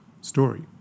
story